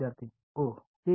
विद्यार्थी ओह ते